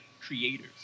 creators